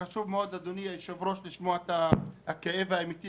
תודה, היושב-ראש, על האירוע.